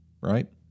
right